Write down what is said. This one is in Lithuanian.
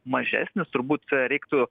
mažesnis turbūt reiktų